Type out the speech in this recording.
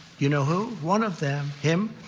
you know who, one of them, him,